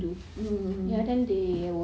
mm mm mm